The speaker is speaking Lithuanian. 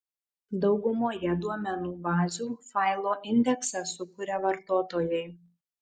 daugumoje duomenų bazių failo indeksą sukuria vartotojai